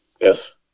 Yes